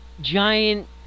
giant